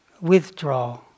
withdraw